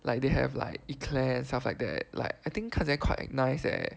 like they have like eclairs and stuff like that like I think 看起来 quite nice leh